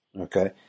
okay